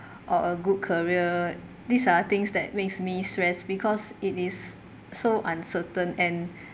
or a good career these are things that makes me stress because it is so uncertain and